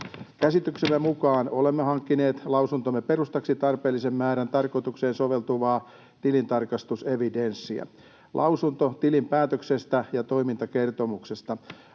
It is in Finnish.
Käsityksemme mukaan olemme hankkineet lausuntomme perustaksi tarpeellisen määrän tarkoitukseen soveltuvaa tilintarkastusevidenssiä. Lausunto tilinpäätöksestä ja toimintakertomuksesta: